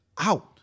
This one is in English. out